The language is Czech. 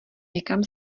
někam